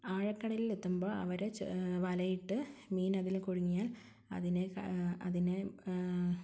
ആഴക്കടലിലെത്തുമ്പോൾ അവർ വലയിട്ട് മീനതിൽ കുടുങ്ങിയാൽ അതിനെ അതിനെ